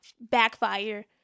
backfire